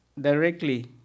directly